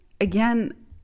again